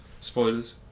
spoilers